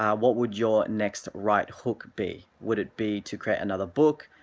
what would your next right hook be? would it be to create another book,